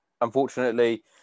unfortunately